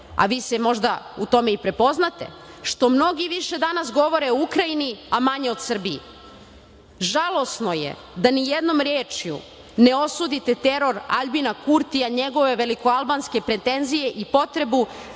a vi se možda u tome i prepoznate, što mnogi više danas govore o Ukrajini, a manje o Srbiji. Žalosno je da ni jednom rečju ne osudite teror Aljbina Kurtija, njegove velikoalbanske pretenzije i potrebu